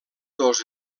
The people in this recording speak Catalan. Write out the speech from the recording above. dos